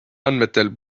andmetel